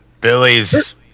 Billy's